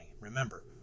Remember